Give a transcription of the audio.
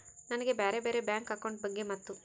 ನನಗೆ ಬ್ಯಾರೆ ಬ್ಯಾರೆ ಬ್ಯಾಂಕ್ ಅಕೌಂಟ್ ಬಗ್ಗೆ ಮತ್ತು?